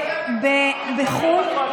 אבל הקואליציה שלך, בחו"ל,